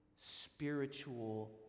spiritual